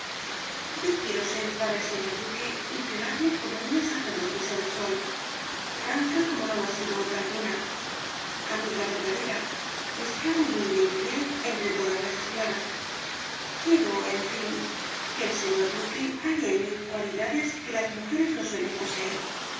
yo quiero ser para el señor duque inviolable como una sacerdotisa del sol franca como no lo ha sido otra alguna amiga verdadera y esclava humilde y fiel entre todas las esclavas quiero en fin que el señor duque halle en mí cualidades que las mujeres no suelen poseer